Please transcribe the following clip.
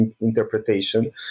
interpretation